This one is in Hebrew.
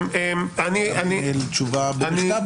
אם יש תשובה בכתב